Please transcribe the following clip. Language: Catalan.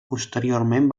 posteriorment